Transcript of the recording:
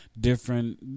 different